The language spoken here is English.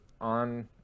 on